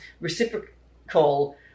reciprocal